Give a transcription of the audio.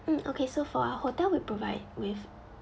mm okay so for our hotel will provide with